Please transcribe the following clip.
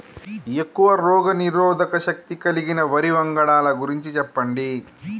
ఎక్కువ రోగనిరోధక శక్తి కలిగిన వరి వంగడాల గురించి చెప్పండి?